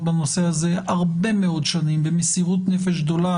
בנושא הזה הרבה מאוד שנים במסירות נפש גדולה.